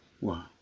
Wow